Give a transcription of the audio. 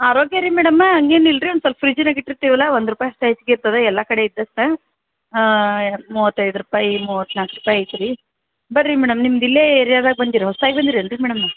ಆರೋಗ್ಯ ರೀ ಮೇಡಮ್ ಹಂಗೇನಿಲ್ರೀ ಒಂದು ಸ್ವಲ್ಪ ಫ್ರಿಜ್ಜಿನಾಗೆ ಇಟ್ಟಿರ್ತೀವಲ್ಲ ಒಂದು ರೂಪಾಯಿ ಅಷ್ಟೇ ಹೆಚ್ಗೆ ಇರ್ತದೆ ಎಲ್ಲ ಕಡೆ ಇದ್ದಷ್ಟೇ ಮೂವತ್ತೈದು ರೂಪಾಯಿ ಮೂವತ್ನಾಲ್ಕು ರೂಪಾಯಿ ಐತೆ ರೀ ಬನ್ರಿ ಮೇಡಮ್ ನಿಮ್ದು ಇಲ್ಲೇ ಏರಿಯಾದಾಗೆ ಬಂದೀರಾ ಹೊಸ್ದಾಗಿ ಬಂದಿರೇನು ರೀ ಮೇಡಮ್